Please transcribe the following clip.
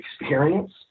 experience